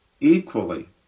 equally